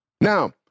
Now